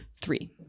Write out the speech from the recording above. three